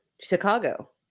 Chicago